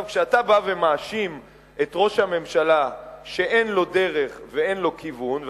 כשאתה בא ומאשים את ראש הממשלה שאין לו דרך ואין לו כיוון,